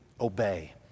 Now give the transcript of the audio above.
obey